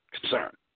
concern